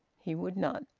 he would not.